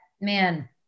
man